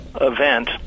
event